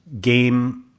game